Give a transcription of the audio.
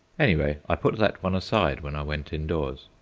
anyway, i put that one aside when i went indoors.